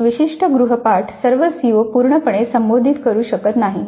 विशिष्ट गृहपाठ सर्व सीओ पूर्णपणे संबोधित करू शकत नाही